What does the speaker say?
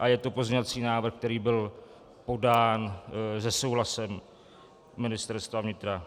Je to pozměňovací návrh, který byl podán se souhlasem Ministerstva vnitra.